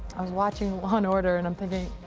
i was watching law and order and i'm thinking,